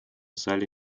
зале